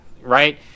right